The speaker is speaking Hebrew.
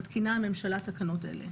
מתקינה הממשלה תקנות אלה: